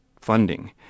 funding